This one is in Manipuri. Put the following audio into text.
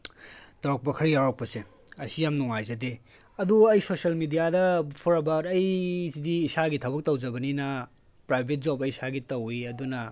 ꯇꯧꯔꯛꯄ ꯈꯔ ꯌꯥꯎꯔꯛꯄꯁꯦ ꯑꯁꯤ ꯌꯥꯝ ꯅꯨꯡꯉꯥꯏꯖꯗꯦ ꯑꯗꯨ ꯑꯩ ꯁꯣꯁꯦꯜ ꯃꯦꯗꯤꯌꯥꯗ ꯐꯣꯔ ꯑꯕꯥꯎꯠ ꯑꯩꯁꯤꯗꯤ ꯏꯁꯥꯒꯤ ꯊꯕꯛ ꯇꯧꯖꯕꯅꯤꯅ ꯄ꯭ꯔꯥꯏꯚꯦꯠ ꯖꯣꯕ ꯑꯩ ꯏꯁꯥꯒꯤ ꯇꯧꯋꯤ ꯑꯗꯨꯅ